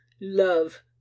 Love